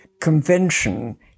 convention